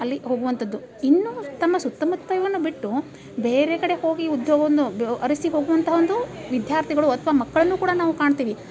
ಅಲ್ಲಿ ಹೋಗುವಂಥದ್ದು ಇನ್ನೂ ತಮ್ಮ ಸುತ್ತ ಮುತ್ತ ಇವನ್ನು ಬಿಟ್ಟು ಬೇರೆ ಕಡೆ ಹೋಗಿ ಉದ್ಯೋಗವನ್ನು ಬ ಅರಸಿ ಹೋಗುವಂಥ ಒಂದು ವಿದ್ಯಾರ್ಥಿಗಳು ಅಥ್ವಾ ಮಕ್ಕಳನ್ನು ಕೂಡ ನಾವು ಕಾಣ್ತೀವಿ